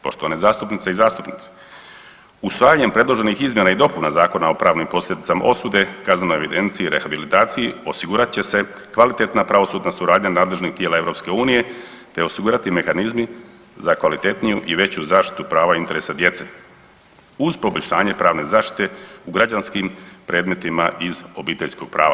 Poštovane zastupnice i zastupnici, usvajanjem predloženih izmjena i dopuna Zakona o pravnim posljedicama osude, kaznenoj evidenciji i rehabilitaciji osigurat će se kvalitetna pravosudna suradnja nadležnih tijela EU te osigurati mehanizmi za kvalitetniju i veću zaštitu prava interesa djece uz poboljšanje pravne zaštite u građanskim predmetima iz obiteljskog prava.